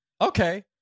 Okay